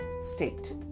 state